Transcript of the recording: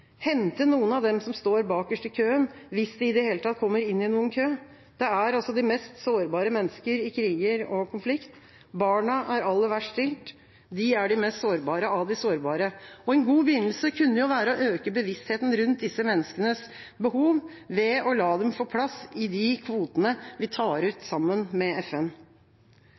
hente noen av dem som står bakerst i køen, hvis de i det hele tatt kommer inn i noen kø. Det er altså de mest sårbare mennesker i kriger og konflikter. Barna er aller verst stilt. De er de mest sårbare av de sårbare. En god begynnelse kunne jo være å øke bevisstheten rundt disse menneskenes behov ved å la dem få plass i de kvotene vi tar ut, sammen med FN.